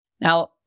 Now